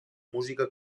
música